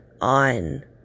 on